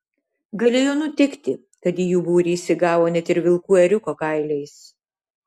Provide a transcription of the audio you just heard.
galėjo nutikti kad į jų būrį įsigavo net ir vilkų ėriuko kailiais